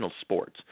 sports